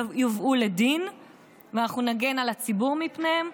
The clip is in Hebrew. יובאו לדין ואנחנו נגן על הציבור מפניהם.